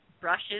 brushes